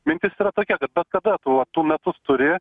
mintis yra tokia kad bet kada tu vat tu metus turi